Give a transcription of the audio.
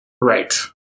Right